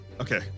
Okay